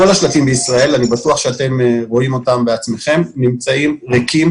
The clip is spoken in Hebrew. כל השלטים בישראל אני בטוח שאתם רואים אותם - נמצאים ריקים,